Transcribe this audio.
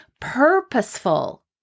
purposeful